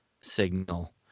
signal